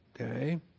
Okay